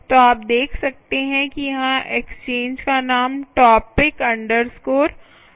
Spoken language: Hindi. तो आप देख सकते हैं कि यहां एक्सचेंज का नाम topic logs है